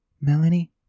Melanie